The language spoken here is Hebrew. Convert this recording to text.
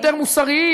יותר מוסריים,